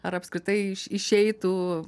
ar apskritai išeitų